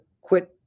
quit